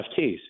NFTs